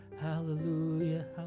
Hallelujah